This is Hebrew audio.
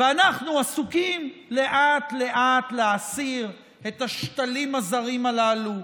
ואנחנו עסוקים לאט-לאט בלהסיר את השתלים הזרים הללו,